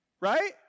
Right